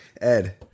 Ed